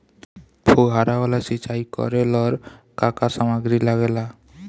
फ़ुहारा वाला सिचाई करे लर का का समाग्री लागे ला?